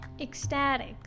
Ecstatic